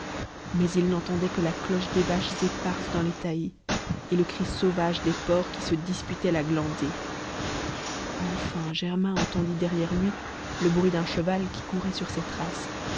mais il n'entendait que la cloche des vaches éparses dans les taillis et le cri sauvage des porcs qui se disputaient la glandée enfin germain entendit derrière lui le bruit d'un cheval qui courait sur ses traces